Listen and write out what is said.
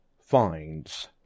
finds